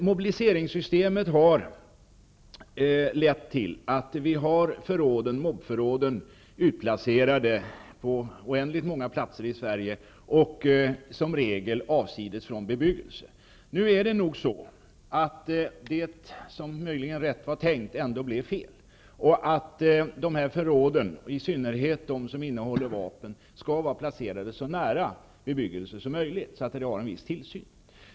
Mobiliseringssystemet har lett till att mob-förråden är utplacerade på oändligt många platser i Sverige och som regel avsides från bebyggelse. Det är nog så, att det som möjligen var rätt tänkt ändå blev fel. Dessa förråd, och i synnerhet de som innehåller vapen, skall vara placerade så nära bebyggelse som möjligt så att det sker en viss tillsyn.